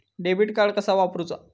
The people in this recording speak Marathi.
डेबिट कार्ड कसा वापरुचा?